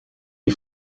die